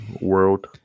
world